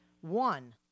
One